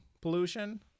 pollution